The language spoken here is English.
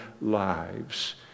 lives